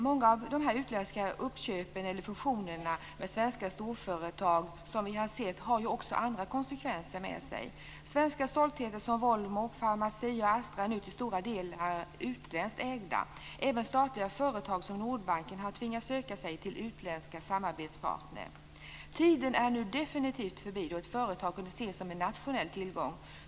Många av de här utländska uppköpen eller fusionerna med svenska storföretag som vi har sett har också andra konsekvenser. Svenska stoltheter som Volvo, Pharmacia och Astra är nu till stora delar utländskt ägda. Även statliga företag som Nordbanken har tvingats söka sig till utländska samarbetspartner. Tiden är nu definitivt förbi då ett företag kunde ses som en nationell tillgång.